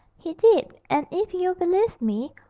he did and if you'll believe me,